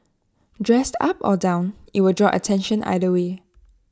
dressed up or down IT will draw attention either way